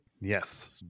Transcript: yes